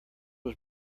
was